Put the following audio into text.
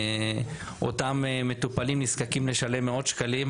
אותם מטופלים נזקקים לשלם מאות שקלים,